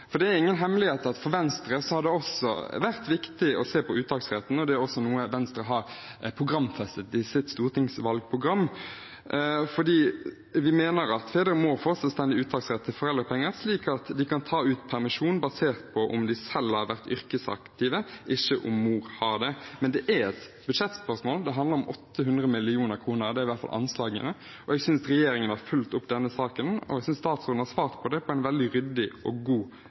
Det er ingen hemmelighet at for Venstre har det også vært viktig å se på uttaksretten, det er også noe Venstre har programfestet i sitt stortingsvalgprogram. Vi mener at fedre må få selvstendig uttaksrett til foreldrepenger, slik at de kan ta ut permisjon basert på om de selv har vært yrkesaktive, ikke om mor har det. Men det er et budsjettspørsmål, det handler om 800 mill. kr – det er i hvert fall anslagene. Jeg synes regjeringen har fulgt opp denne saken, og jeg synes at statsråden har svart på det på en veldig ryddig og god